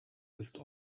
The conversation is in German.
ist